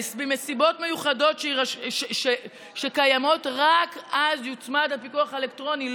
בנסיבות מיוחדות שקיימות רק אז יוצמד הפיקוח האלקטרוני,